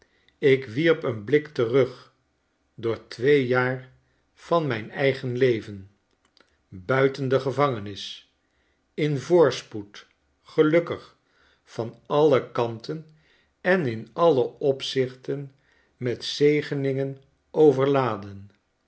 ik wierp een blik terug door twee jaar van mijn eigen leven buiten de gevangenis in voorspoed gelukkig van alle kanten en in alle opzichten met zegeningen overladen